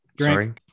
Sorry